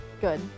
Good